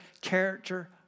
character